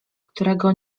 którego